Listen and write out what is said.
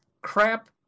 crap